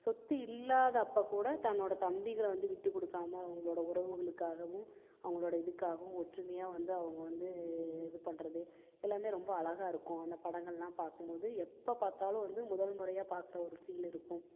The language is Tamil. சொத்து இல்லாத அப்போ கூட தன்னோட தம்பிகளை வந்து விட்டு கொடுக்காம அவங்களோட உறவுகளுக்காகவும் அவங்களோட இதுக்காகவும் ஒற்றுமையாக வந்து அவங்க வந்து இது பண்ணுறது எல்லாமே ரொம்ப அழகாக இருக்கும் அந்த படங்கள்லாம் பார்க்கும்போது எப்போ பார்த்தாலும் வந்து முதல் முறையாக பார்க்கற ஒரு ஃபீல் இருக்கும்